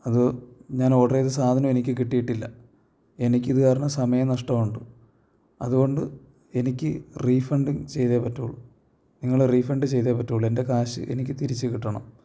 അതു ഞാൻ ഓഡർ ചെയ്ത സാധനം എനിക്കു കിട്ടിയിട്ടില്ല എനിക്കിതു കാരണം സമയ നഷ്ടമുണ്ട് അതുകൊണ്ട് എനിക്ക് റീഫണ്ടിങ്ങ് ചെയ്തേ പറ്റുകയുള്ളു നിങ്ങൾ റീഫണ്ട് ചെയ്തേ പറ്റുകയുള്ളൂ എൻ്റെ കാശ് എനിക്ക് തിരിച്ചു കിട്ടണം